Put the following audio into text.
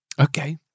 Okay